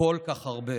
כל כך הרבה